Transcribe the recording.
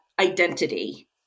identity